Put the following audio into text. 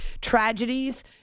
tragedies